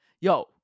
yo